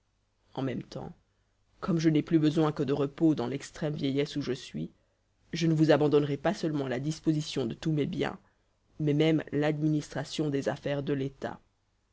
en même temps comme je n'ai plus besoin que de repos dans l'extrême vieillesse où je suis je ne vous abandonnerai pas seulement la disposition de tous mes biens mais même l'administration des affaires de l'état